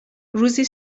روزی